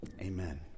Amen